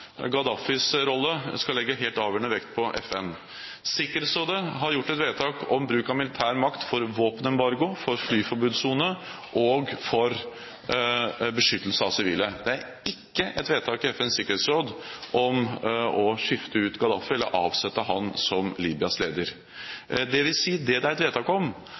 rolle skal legge helt avgjørende vekt på FN. Sikkerhetsrådet har gjort et vedtak om bruk av militær makt for våpenembargo, for flyforbudssone og for beskyttelse av sivile. Det er ikke et vedtak i FNs sikkerhetsråd om å skifte ut Gaddafi eller å avsette ham som Libyas leder, dvs. det som det er et vedtak om,